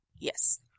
Yes